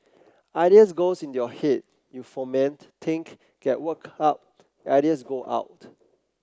ideas goes into your head you foment think get worked up ideas go out